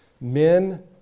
Men